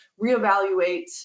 reevaluate